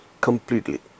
completely